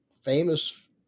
famous